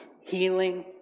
healing